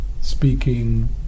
speaking